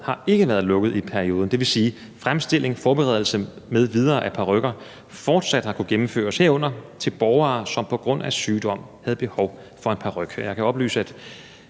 har ikke været lukket i perioden, og det vil sige, at fremstilling, forberedelse m.v. af parykker fortsat har kunnet gennemføres, herunder til borgere, som på grund af sygdom havde behov for en paryk. Jeg kan oplyse, at